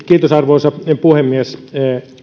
kiitos arvoisa puhemies